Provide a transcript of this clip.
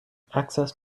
access